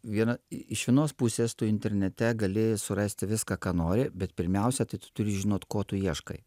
viena iš vienos pusės tu internete gali surasti viską ką nori bet pirmiausia tai tu turi žinot ko tu ieškai